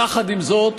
יחד עם זאת,